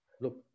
Look